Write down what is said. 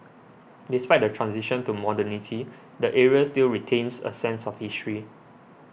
despite the transition to modernity the area still retains a sense of history